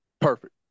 perfect